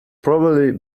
probably